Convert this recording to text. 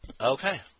Okay